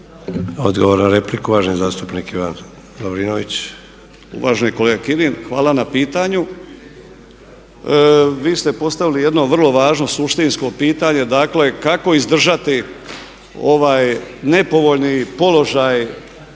Odgovor na repliku uvaženi zastupnik Ivan Lovrinović. **Lovrinović, Ivan (MOST)** Uvaženi kolega Kirin, hvala na pitanju. Vi ste postavili jedno vrlo važno suštinsko pitanje, dakle kako izdržati ovaj nepovoljni položaj,